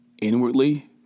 Inwardly